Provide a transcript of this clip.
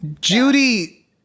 judy